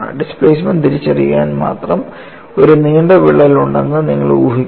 displacement തിരിച്ചറിയാൻ മാത്രം ഒരു നീണ്ട വിള്ളൽ ഉണ്ടെന്ന് നിങ്ങൾ ഊഹിക്കണം